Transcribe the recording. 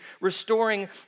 restoring